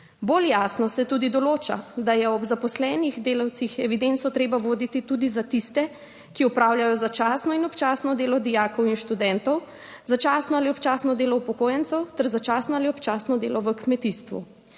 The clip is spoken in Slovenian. Bolj jasno se tudi določa, da je ob zaposlenih delavcih evidenco treba voditi tudi za tiste, ki opravljajo začasno in občasno delo dijakov in študentov, začasno ali občasno delo upokojencev ter začasno ali občasno delo v kmetijstvu.